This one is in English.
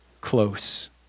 close